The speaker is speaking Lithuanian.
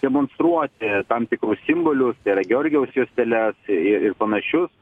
demonstruoti tam tikrus simbolius tai yra georgijaus juosteles ir ir panašius